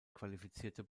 qualifizierte